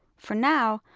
for now,